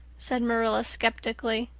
said marilla skeptically.